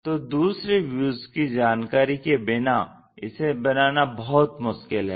तो दूसरे व्यूज की जानकारी के बिना इसे बनाना बहुत मुश्किल है